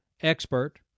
expert